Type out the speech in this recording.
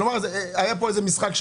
כלומר, היה פה איזה משחק.